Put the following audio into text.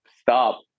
stop